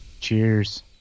Cheers